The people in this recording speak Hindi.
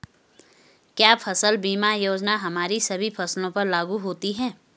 क्या फसल बीमा योजना हमारी सभी फसलों पर लागू होती हैं?